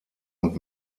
und